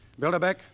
Bilderbeck